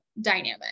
dynamic